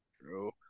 True